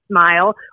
smile